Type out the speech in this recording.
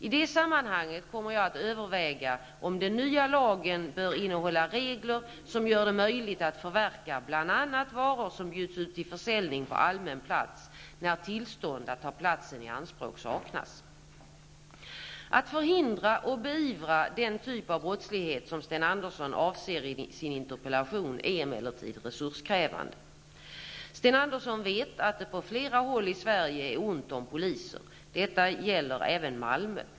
I det sammanhanget kommer jag att överväga om den nya lagen bör innehålla regler som gör det möjligt att förverka bl.a. varor som bjuds ut till försäljning på allmän plats när tillstånd att ta platsen i anspråk saknas. Att förhindra och beivra den typ av brottslighet som Sten Andersson avser i sin interpellation är emellertid resurskrävande. Sten Andersson vet att det på flera håll i Sverige är ont om poliser. Detta gäller även Malmö.